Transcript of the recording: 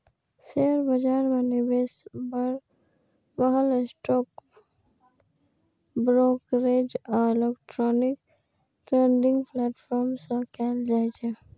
share बाजार मे निवेश बरमहल स्टॉक ब्रोकरेज आ इलेक्ट्रॉनिक ट्रेडिंग प्लेटफॉर्म सं कैल जाइ छै